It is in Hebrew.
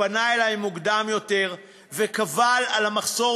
שפנה אלי מוקדם יותר וקבל על המחסור